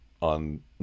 on